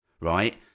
Right